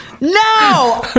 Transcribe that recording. No